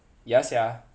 ya sia